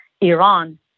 Iran